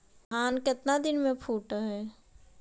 धान केतना दिन में फुट है?